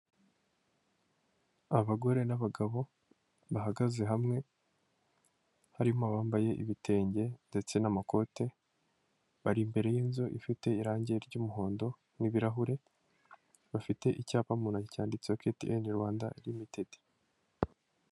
Abagore n'abagabo bahagaze hamwe, harimo abambaye ibitenge ndetse n'amakote, bari imbere y'inzu ifite irane ry'umuhondo n'ibirahure, bafite icyapa mu ntoki, cyanditseho ketiyeni Rwanda limitedi.